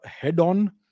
head-on